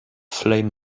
flame